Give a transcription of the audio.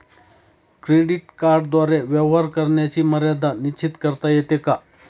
Credit कार्डद्वारे व्यवहार करण्याची मर्यादा निश्चित करता येते का?